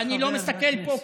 ואני לא מסתכל פה,